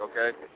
okay